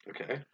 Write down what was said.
Okay